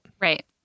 Right